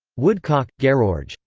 woodcock, gerorge.